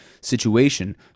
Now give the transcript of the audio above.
situation